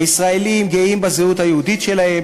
הישראלים גאים בזהות היהודית שלהם,